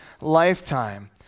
lifetime